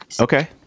Okay